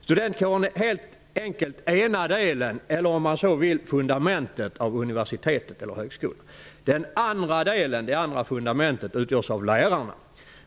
Studentkåren är helt enkelt ena delen, eller om man så vill fundamentet, av universitetet eller högskolan. Den andra delen, det andra fundamentet, utgörs av lärarna.